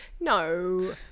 No